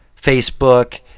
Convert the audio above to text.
Facebook